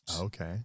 Okay